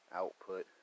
output